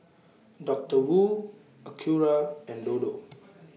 Doctor Wu Acura and Dodo